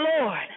Lord